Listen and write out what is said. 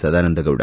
Sadananda Gowda